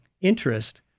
interest